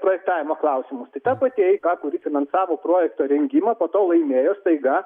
projektavimo klausimus tai ta pati eika kuri finansavo projekto rengimą po to laimėjo staiga